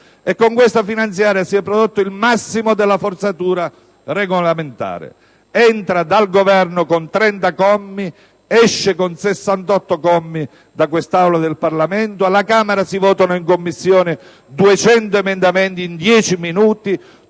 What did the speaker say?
Con questa finanziaria si è prodotto il massimo della forzatura regolamentare; entra dal Governo con 30 commi, esce con 68 da quest'Aula del Parlamento; alla Camera si votano in Commissione 200 emendamenti in 10 minuti;